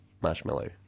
marshmallow